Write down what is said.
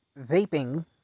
Vaping